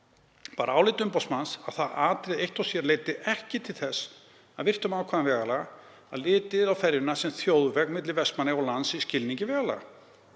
var álit umboðsmanns að það atriði eitt og sér leiddi ekki til þess, að virtum ákvæðum vegalaga, að litið yrði á ferjuna sem „þjóðveg“ milli Vestmannaeyja og lands í skilningi vegalaga.